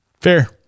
Fair